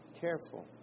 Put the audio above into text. careful